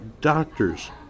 doctors